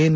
N